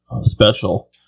special